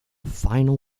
final